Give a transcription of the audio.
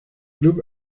club